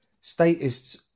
statists